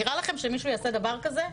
נראה לכם שמישהו יעשה דבר כזה?